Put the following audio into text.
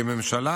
כממשלה,